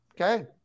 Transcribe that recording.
Okay